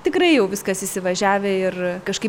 tikrai jau viskas įsivažiavę ir kažkaip